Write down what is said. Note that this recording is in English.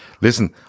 listen